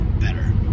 better